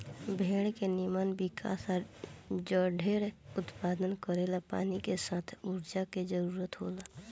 भेड़ के निमन विकास आ जढेर उत्पादन करेला पानी के साथ ऊर्जा के जरूरत होला